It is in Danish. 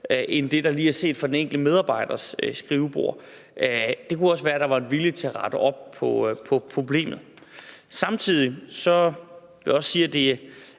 end det, der lige er set fra den enkelte medarbejders skrivebord. Det kunne også være, at der var en vilje til at rette op på problemet. Samtidig vil jeg også sige, at det jo